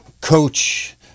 coach